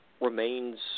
remains